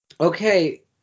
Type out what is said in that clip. okay